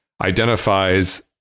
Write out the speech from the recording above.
identifies